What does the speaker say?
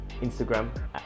instagram